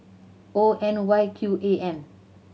O N Y Q A M